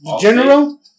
General